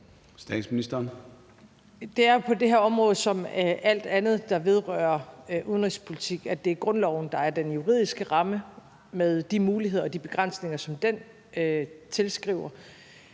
sådan, som det er med alt andet, der vedrører udenrigspolitik, at det er grundloven, der er den juridiske ramme, med de muligheder og de begrænsninger, som den tilskriver.